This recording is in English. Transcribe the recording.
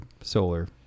solar